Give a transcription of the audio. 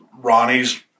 ronnie's